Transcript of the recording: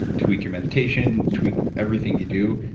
tweak your meditation, tweak everything you do,